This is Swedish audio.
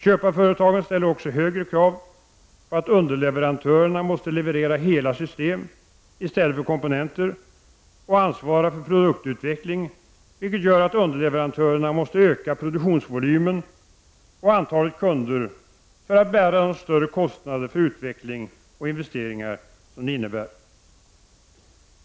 Köparföretagen ställer också högre krav på att underleverantörerna måste leverera hela system i stället för komponenter och ansvara för produktutveckling, vilket gör att underleverantö rerna måste öka produktionsvolymen och antalet kunder för att bära de större kostnaderna för utveckling och investeringar i produktionen.